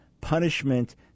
punishment